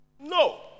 No